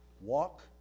Walk